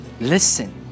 listen